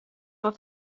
was